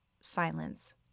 silence